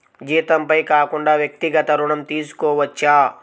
జీతంపై కాకుండా వ్యక్తిగత ఋణం తీసుకోవచ్చా?